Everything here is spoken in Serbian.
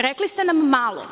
Rekli ste nam – malo.